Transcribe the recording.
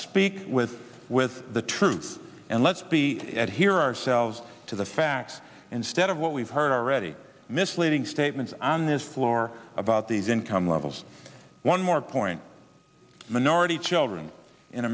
speak with with the truth and let's be at here ourselves to the facts instead of what we've heard already misleading statements on this floor about these income levels one more point minority children in